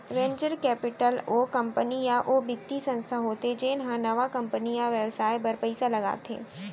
venture capital ओ company या ओ बित्तीय संस्था होथे जेन ह नवा कंपनी या बेवसाय बर पइसा लगाथे